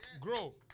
grow